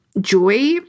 joy